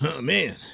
man